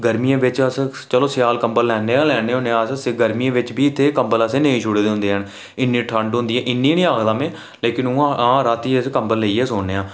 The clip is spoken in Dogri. गर्मियें बिच अस चलो स्याल कंबल लैन्ने गै लैन्ने होन्ने आं अस ते गर्मियें बिच बी असें कंबल नेईं छोड़े दे होंदे इन्नी ठंड होंदी इन्नी निं आखदा में लेकिन उ'आं हां रातीं अस कंबल लेइयै सौन्ने आं